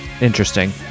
Interesting